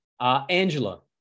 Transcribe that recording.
Angela